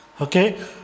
Okay